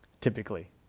typically